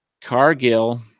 Cargill